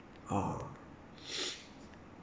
oh